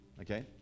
Okay